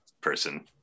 person